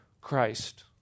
Christ